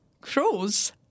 Crows